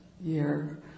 year